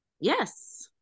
Yes